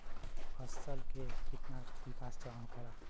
फसल के कितना विकास चरण होखेला?